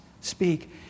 speak